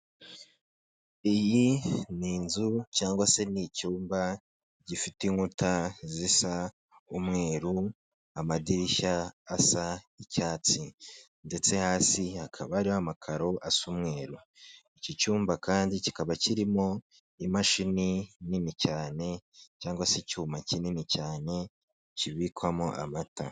Iyi ni inzu cyangwa se ni icyumba gifite inkuta zisa umweru, amadirishya asa icyatsi ndetse hasi hakaba hariho amakaro asa umweru, iki cyumba kandi kikaba kirimo imashini nini cyane cyangwa se icyuma kinini cyane kibikwamo amata.